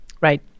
Right